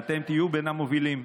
ואתם תהיו בין המובילים.